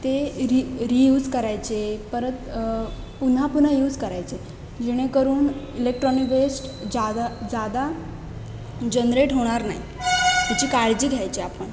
ते re reuse करायचे परत पुन्हा पुन्हा यूज करायचे जेणेकरून इलेक्ट्रॉनिक वेस्ट जादा जादा जनरेट होणार नाही याची काळजी घ्यायची आपण